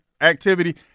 activity